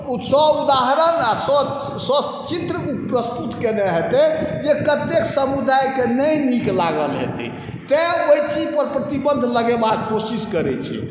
ओ सोदाहरण स्वचित्र प्रस्तुत केने हेतै जे कतेक समुदायके नहि नीक लागल हेतै तेँ ओहि चीजपर प्रतिबन्ध लगेबाक कोशिश करै छै